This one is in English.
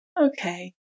Okay